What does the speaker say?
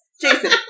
Jason